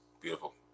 beautiful